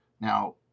Now